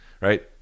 right